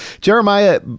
Jeremiah